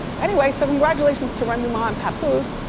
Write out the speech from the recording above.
anyway, so congratulations to remy ma and papoose.